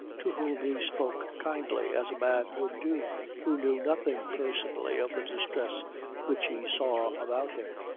to whom he spoke kindly, as a man would do who knew nothing personally of the distress which he saw about him,